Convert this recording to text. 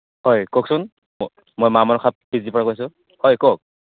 হয় কওকচোন মই মা মনসা পিজিৰ পৰা কৈছোঁ হয় কওক